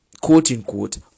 quote-unquote